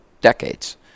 decades